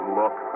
look